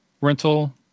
rental